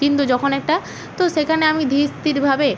কিন্তু যখন একটা তো সেখানে আমি ধীর স্থিরভাবে